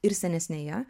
ir senesnėje